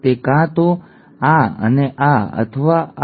તે કાં તો આ અને આ અથવા આ અથવા આ અને આ અને આ હશે